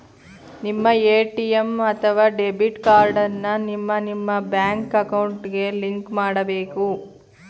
ನಿಮ್ಮ ಎ.ಟಿ.ಎಂ ಅಥವಾ debit card ಅನ್ನ ನಿಮ್ಮ ನಿಮ್ಮ ಬ್ಯಾಂಕ್ ಅಕೌಂಟ್ಗೆ ಲಿಂಕ್ ಮಾಡಬೇಕು